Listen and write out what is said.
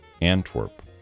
antwerp